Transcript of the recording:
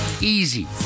Easy